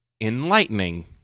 enlightening